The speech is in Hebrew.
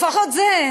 לפחות זה.